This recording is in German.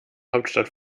hauptstadt